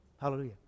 Hallelujah